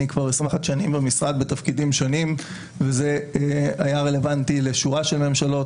אני כבר 21 שנים במשרד בתפקידים שונים וזה היה רלוונטי לשורה של ממשלות,